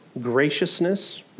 graciousness